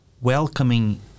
welcoming